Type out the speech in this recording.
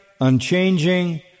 unchanging